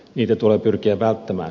niitä tulee pyrkiä välttämään